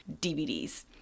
DVDs